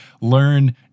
Learn